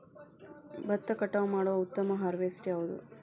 ಭತ್ತ ಕಟಾವು ಮಾಡುವ ಉತ್ತಮ ಹಾರ್ವೇಸ್ಟರ್ ಯಾವುದು?